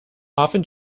often